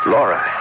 Laura